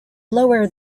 lower